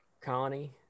Connie